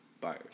buyers